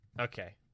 Okay